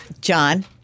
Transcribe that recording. John